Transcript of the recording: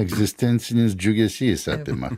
egzistencinis džiugesys apima